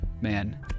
man